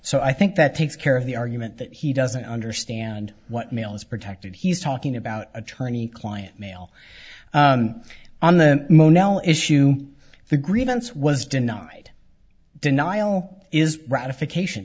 so i think that takes care of the argument that he doesn't understand what mail is protected he's talking about attorney client mail on the mono issue the grievance was denied denial is ratification